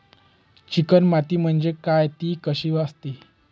Chicken माती म्हणजे काय? ति कशी असते?